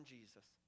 Jesus